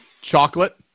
Chocolate